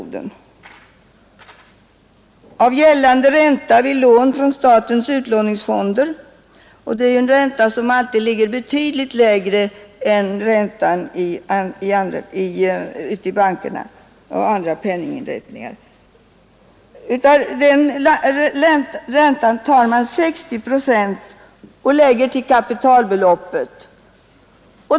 Av den vid varje tidpunkt gällande räntan för lån från statens utlåningsfonder — en ränta som alltid ligger betydligt lägre än räntan i banker och andra penninginrättningar — läggs 60 procent till kapitalbeloppet.